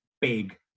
big